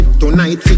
tonight